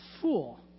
fool